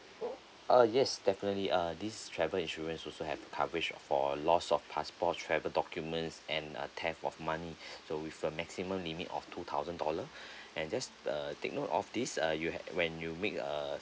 uh yes definitely uh this travel insurance also have a coverage for lost of passport travel documents and uh theft of money so with a maximum limit of two thousand dollar and just uh take note of this uh you had when you make err